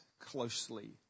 closely